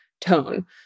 tone